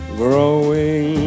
growing